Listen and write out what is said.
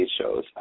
shows